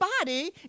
body